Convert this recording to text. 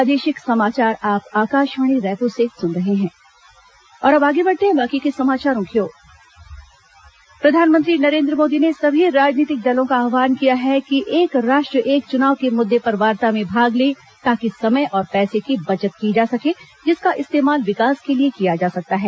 प्रधानमंत्री चुनाव सुधार प्रधानमंत्री नरेन्द्र मोदी ने सभी राजनीतिक दलों का आह्वान किया है कि एक राष्ट्र एक चुनाव के मुद्दे पर वार्ता में भाग ले ताकि समय और पैसे की बचत की जा सके जिसका इस्तेमाल विकास के लिए किया जा सकता है